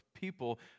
people